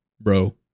bro